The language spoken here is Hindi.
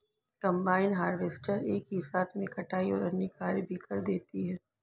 कम्बाइन हार्वेसटर एक ही साथ में कटाई और अन्य कार्य भी कर देती है